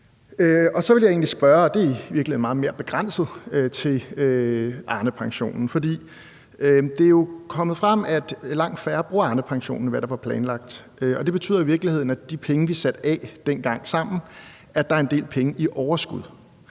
meget mere begrænset – til Arnepensionen, for det er jo kommet frem, at langt færre bruger Arnepensionen, end hvad der var planlagt, og det betyder, at der af de penge, vi sammen satte af dengang, er en del i overskud.